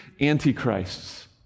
antichrists